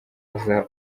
aza